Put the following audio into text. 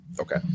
Okay